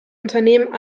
unternehmen